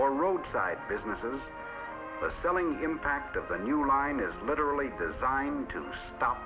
for roadside businesses selling the impact of the new line is literally designed to